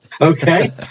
Okay